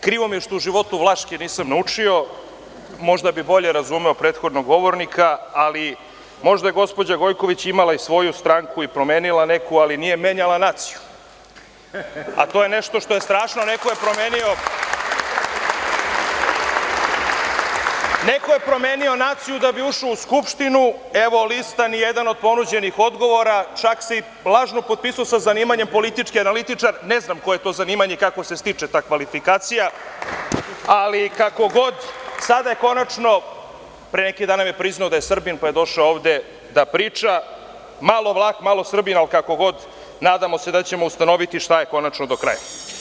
Krivo mi je što u životu vlaški nisam naučio, možda bih bolje razumeo prethodnog govornika, ali možda je gospođa Gojković imala i svoju stranku i promenila neku, ali nije menjala naciju, a to je nešto što je strašno, neko je promenio naciju da bi ušao u Skupštinu, evo lista „Nijedan od ponuđenih odgovora“, čak se i lažno potpisao sa zanimanjem politički analitičar, ne znam koje je to zanimanje i kako se stiče ta kvalifikacija, ali kako god sada je konačno, pre neki dan nam je priznao da je Srbin pa je došao ovde da priča, malo Vlah, malo Srbin, ali kako god, nadamo se da ćemo ustanoviti šta je konačno do kraja.